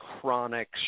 chronic